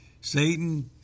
Satan